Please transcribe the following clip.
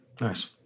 Nice